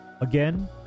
Again